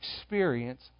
experience